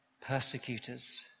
persecutors